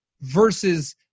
versus